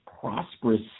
prosperous